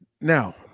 Now